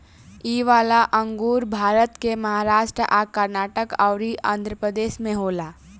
इ वाला अंगूर भारत के महाराष्ट् आ कर्नाटक अउर आँध्रप्रदेश में होला